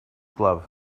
glove